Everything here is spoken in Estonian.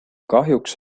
kahjuks